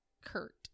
Kurt